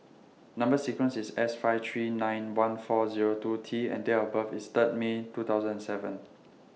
Number sequence IS S five three nine one four Zero two T and Date of birth IS Third May two thousand and seven